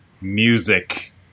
music